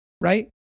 right